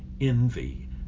envy